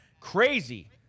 crazy